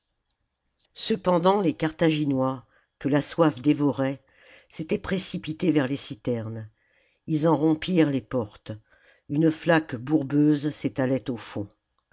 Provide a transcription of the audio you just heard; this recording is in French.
cependant les carthaginois que la soif dévorait s'étaient précipités vers les citernes ils en rompirent les portes une flaque bourbeuse s'étalait au fond